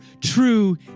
true